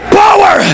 power